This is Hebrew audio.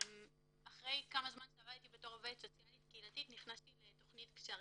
אחרי כמה זמן שעבדתי בתור עובדת סוציאלית קהילתית נכנסתי לתכנית "קשרים"